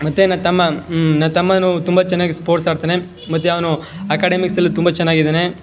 ಮತ್ತೆ ನನ್ನ ತಮ್ಮ ನನ್ನ ತಮ್ಮನು ತುಂಬ ಚೆನ್ನಾಗಿ ಸ್ಪೋರ್ಟ್ಸ್ ಆಡ್ತಾನೆ ಮತ್ತು ಅವನು ಅಕಾಡಮಿಕ್ಸ್ಸಲ್ಲಿ ತುಂಬ ಚೆನ್ನಾಗಿದ್ದಾನೆ